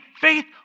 faith